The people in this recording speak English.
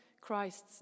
Christ's